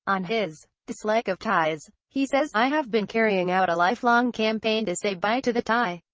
on his dislike of ties, he says i have been carrying out a lifelong campaign to say bye to the tie.